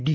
D